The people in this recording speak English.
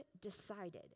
decided